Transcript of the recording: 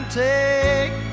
take